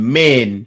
men